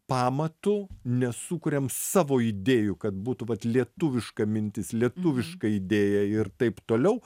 pamatu nesukuriam savo idėjų kad būtų vat lietuviška mintis lietuviška idėja ir taip toliau